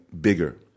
bigger